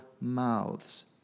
mouths